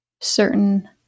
certain